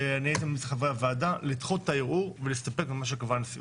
לחברי הוועדה לדחות את הערעור ולהסתפק במה שקבעה הנשיאות.